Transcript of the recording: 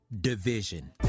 division